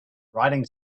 writing